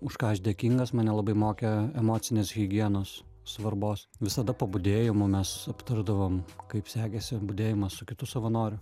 už ką aš dėkingas mane labai mokė emocinės higienos svarbos visada po budėjimo mes aptardavom kaip sekėsi budėjimą su kitu savanoriu